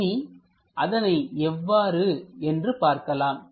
இனி அதனை எவ்வாறு என்று பார்க்கலாம்